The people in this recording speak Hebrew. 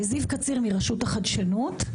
קציר, רשות החדשנות.